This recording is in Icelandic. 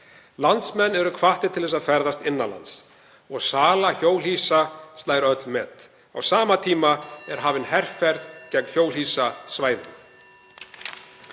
Landsmenn eru hvattir til að ferðast innan lands og sala hjólhýsa slær öll met en á sama tíma er hafin herferð gegn hjólhýsasvæðum.